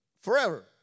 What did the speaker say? forever